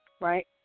Right